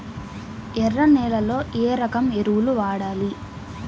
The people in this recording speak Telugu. ఎర్ర నేలలో ఏ రకం ఎరువులు వాడాలి?